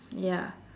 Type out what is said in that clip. ya